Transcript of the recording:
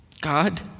God